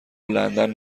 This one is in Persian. لندن